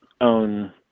own –